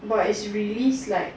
but it's released like